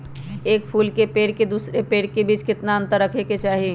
एक फुल के पेड़ के दूसरे पेड़ के बीज केतना अंतर रखके चाहि?